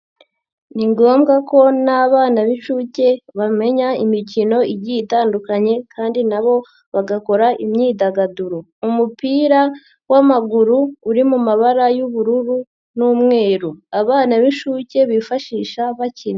Ni ngombwa ko n'abana b'inshuke bamenya imikino igiye itandukanye kandi na bo bagakora imyidagaduro, umupira w'amaguru uri mu mabara y'ubururu n'umweru abana b'inshuke bifashisha bakina.